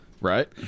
Right